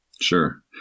Sure